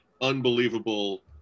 unbelievable